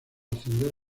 ascender